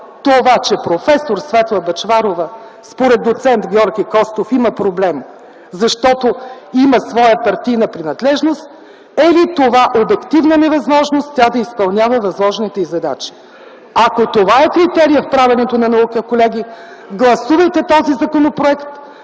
това, че проф. Светла Бъчварова, според доц. Георги Костов има проблем, защото има своя партийна принадлежност, е ли това обективна невъзможност тя да изпълнява възложените й задачи? Ако това е критерият в правенето на наука, колеги, гласувайте този законопроект.